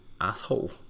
asshole